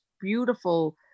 beautiful